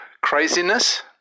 craziness